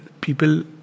people